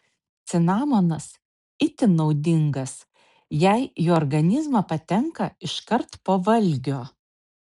cinamonas itin naudingas jei į organizmą patenka iškart po valgio